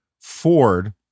Ford